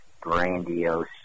grandiose